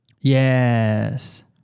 Yes